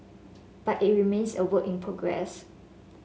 but it remains a work in progress